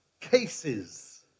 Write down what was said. cases